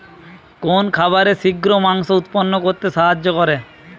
কোন খাবারে শিঘ্র মাংস উৎপন্ন করতে সাহায্য করে?